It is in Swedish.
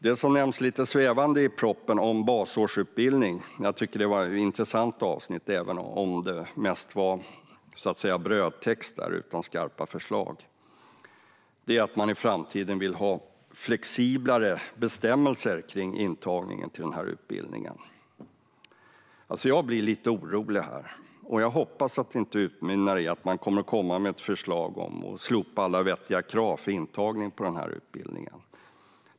Det som nämns lite svävande i propositionen om basårsutbildning - jag tycker att det var ett intressant avsnitt, även om det var mest brödtext utan skarpa förslag - är att man i framtiden vill ha flexiblare bestämmelser för intagningen till basårsutbildningen. Alltså jag blir lite orolig här och hoppas att det inte utmynnar i att man kommer med ett förslag om att slopa alla vettiga krav för intagning till den här utbildningen.